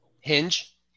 Hinge